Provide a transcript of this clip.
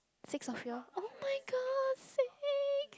six of you all oh-my-god six